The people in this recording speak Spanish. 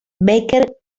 baker